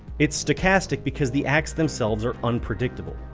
it's stochastic because the acts themselves are unpredictable.